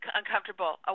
uncomfortable